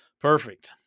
Perfect